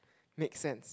make sense